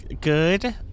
good